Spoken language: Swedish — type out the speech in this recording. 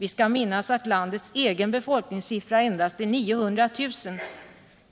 Vi skall minnas att dess egen befolkningssiffra,